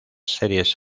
series